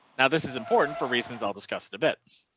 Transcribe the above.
now, this is important for reasons. i'll discuss it a bit.